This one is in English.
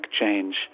change